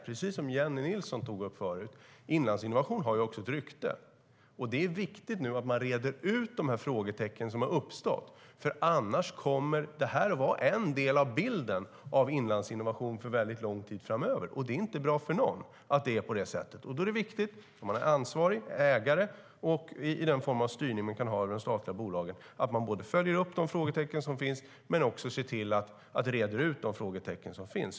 Precis som Jennie Nilsson tog upp förut har ju Inlandsinnovation ett rykte, och det är viktigt att man reder ut de frågetecken som har uppstått. Annars kommer nämligen det här att vara en del av bilden av Inlandsinnovation för en väldigt lång tid framöver. Det är inte bra för någon att det är på det sättet, och då är det viktigt att man som ansvarig ägare och i den form av styrning man kan ha över de statliga bolagen följer upp och ser till att reda ut de frågetecken som finns.